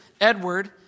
Edward